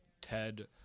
Ted